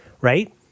right